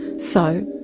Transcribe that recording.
so,